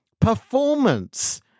performance